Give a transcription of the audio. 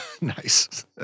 Nice